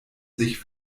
sich